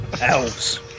Elves